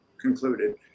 concluded